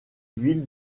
ville